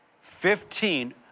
Fifteen